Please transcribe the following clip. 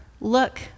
Look